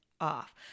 off